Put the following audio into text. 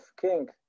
King